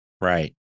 Right